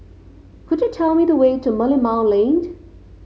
could you tell me the way to Merlimau Lane